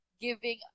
giving